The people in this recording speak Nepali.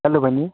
हेलो बहिनी